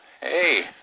Hey